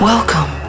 Welcome